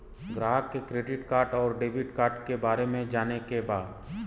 ग्राहक के credit card और डेविड कार्ड के बारे में जाने के बा?